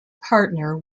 partner